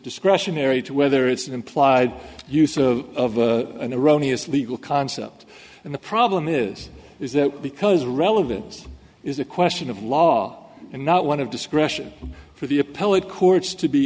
discretionary to whether it's an implied use of an erroneous legal concept and the problem is is that because relevance is a question of law and not one of discretion for the appellate courts to be